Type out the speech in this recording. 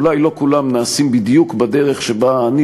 אולי לא כולם נעשים בדיוק בדרך שבה אני